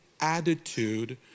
attitude